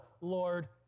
Lord